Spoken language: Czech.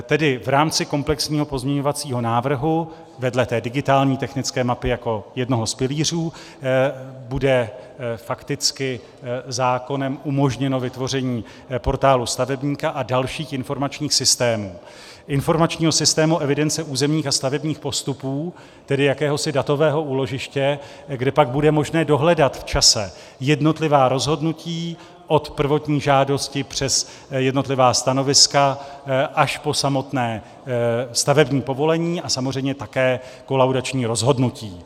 Tedy v rámci komplexního pozměňovacího návrhu, vedle té digitální technické mapy jako jednoho z pilířů, bude fakticky zákonem umožněno vytvoření portálu stavebníka a dalších informačních systémů informačního systému evidence územních a stavebních postupů, tedy jakéhosi datového úložiště, kde pak bude možné dohledat v čase jednotlivá rozhodnutí od prvotní žádosti přes jednotlivá stanoviska až po samotné stavební povolení a samozřejmě také kolaudační rozhodnutí.